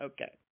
Okay